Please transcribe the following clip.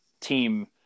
team